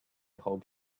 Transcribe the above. hope